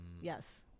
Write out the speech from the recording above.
Yes